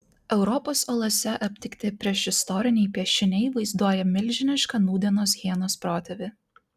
europos olose aptikti priešistoriniai piešiniai vaizduoja milžinišką nūdienos hienos protėvį